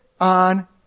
on